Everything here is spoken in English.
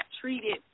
treated